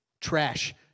Trash